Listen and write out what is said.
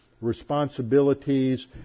responsibilities